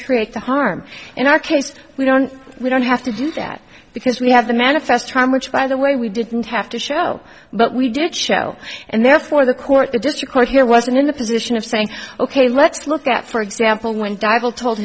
create the harm in our case we don't we don't have to do that because we have the manifest time which by the way we didn't have to show but we did show and therefore the court the district court here wasn't in the position of saying ok let's look at for example when duyvil told